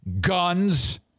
guns